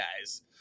guys